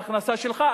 כי ההכנסה שלך,